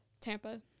Tampa